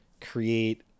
create